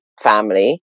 family